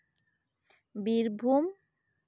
Birbhum